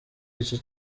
iki